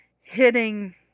hitting